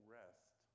rest